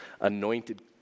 anointed